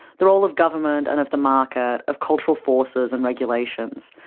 the role of government, and of the market, of cultural forces and regulations,